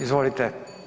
Izvolite.